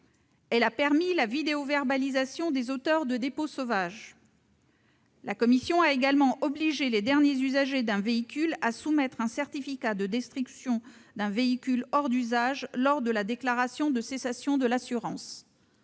Elle a permis la vidéoverbalisation des auteurs de dépôts sauvages. La commission a également prévu d'obliger les derniers usagers d'un véhicule à produire un certificat de destruction d'un véhicule hors d'usage lors de la déclaration de cessation de l'assurance.